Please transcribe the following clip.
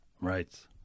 right